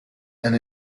and